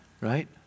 Right